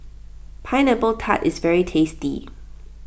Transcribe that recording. Pineapple Tart is very tasty